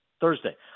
Thursday